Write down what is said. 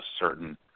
certain